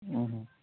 ᱚᱻ